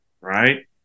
right